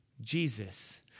Jesus